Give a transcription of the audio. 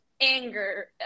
anger